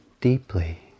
deeply